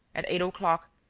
at eight o'clock,